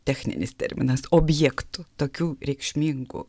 techninis terminas objektų tokių reikšmingų